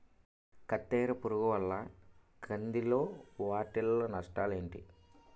కత్తెర పురుగు వల్ల కంది లో వాటిల్ల నష్టాలు ఏంటి